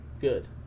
good